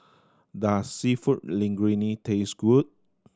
does Seafood Linguine taste good